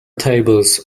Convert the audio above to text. tables